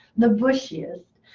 the bushiest,